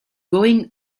going